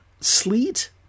sleet